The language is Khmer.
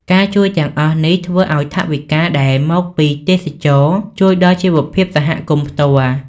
ការជួយទាំងអស់នេះ ធ្វើឱ្យថវិកាដែលមកពីទេសចរណ៍ជួយដល់ជីវភាពសហគមន៍ផ្ទាល់។